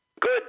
Good